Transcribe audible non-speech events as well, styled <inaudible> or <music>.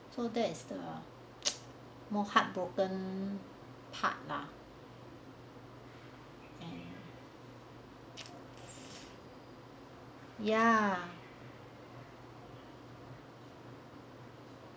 so that is the <noise> more heartbroken part lah and <noise> ya